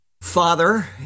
father